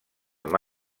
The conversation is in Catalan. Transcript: amb